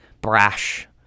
brash